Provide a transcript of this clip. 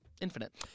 Infinite